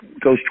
goes